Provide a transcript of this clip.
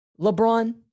LeBron